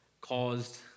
caused